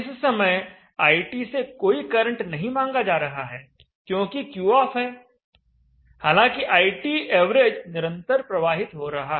इस समय IT से कोई करंट नहीं मांगा जा रहा है क्योंकि Q ऑफ है हालांकि ITav निरंतर प्रवाहित हो रहा है